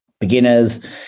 beginners